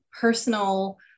personal